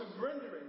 surrendering